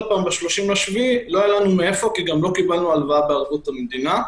ב-30.7 לא היה לנו מאיפה כי גם לא קיבלנו הלוואה בערבות המדינה,